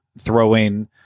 throwing